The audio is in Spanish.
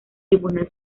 tribunal